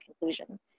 conclusion